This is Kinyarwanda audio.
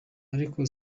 ariko